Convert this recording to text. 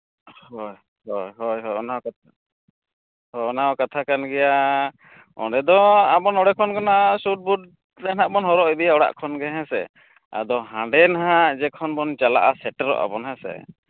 ᱦᱳᱭ ᱦᱳᱭ ᱦᱳᱭ ᱚᱱᱟ ᱦᱚᱸ ᱚᱱᱟ ᱦᱚᱸ ᱠᱟᱛᱷᱟ ᱠᱟᱱ ᱜᱮᱭᱟ ᱚᱸᱰᱮ ᱫᱚ ᱟᱵᱚ ᱱᱚᱸᱰᱮ ᱠᱷᱚᱱ ᱫᱚ ᱱᱟᱜ ᱥᱩᱴᱼᱵᱩᱴ ᱜᱮ ᱱᱟᱦᱟᱜ ᱵᱚᱱ ᱦᱚᱨᱚᱜ ᱤᱫᱤᱭᱟ ᱚᱲᱟᱜ ᱠᱷᱚᱱ ᱜᱮ ᱦᱮᱸ ᱥᱮ ᱟᱫᱚ ᱦᱟᱸᱰᱮ ᱱᱟᱦᱟᱜ ᱡᱚᱠᱷᱚᱱ ᱵᱚᱱ ᱪᱟᱞᱟᱜᱼᱟ ᱥᱮᱴᱮᱨᱚᱜᱼᱟ ᱵᱚᱱ ᱦᱮᱸ ᱥᱮ